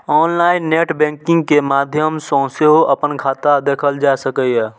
online net banking के माध्यम सं सेहो अपन खाता देखल जा सकैए